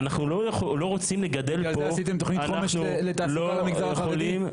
אנחנו לא רוצים לגדל פה --- תקעתם את תכנית החומש למגזר החרדי.